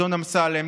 אדון אמסלם,